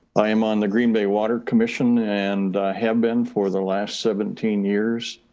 i am on the green bay water commission and have been for the last seventeen years.